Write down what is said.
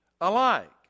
alike